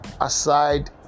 aside